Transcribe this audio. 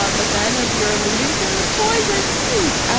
um but then, as you're alluding to, the toys are huge.